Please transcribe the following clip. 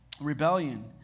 rebellion